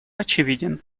очевиден